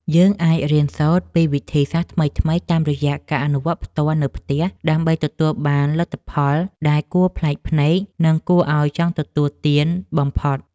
យើងអាចរៀនសូត្រពីវិធីសាស្ត្រថ្មីៗតាមរយៈការអនុវត្តផ្ទាល់នៅផ្ទះដើម្បីទទួលបានលទ្ធផលដែលគួរប្លែកភ្នែក និងគួរឱ្យចង់ទទួលទានបំផុត។